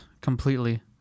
Completely